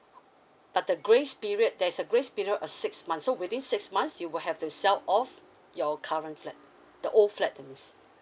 but the grace period there's a grace period of six months so within six months you will have to sell off your current flat the old flat I mean